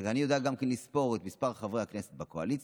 אבל אני יודע גם כן לספור את מספר חברי הכנסת בקואליציה,